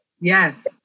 Yes